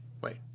Wait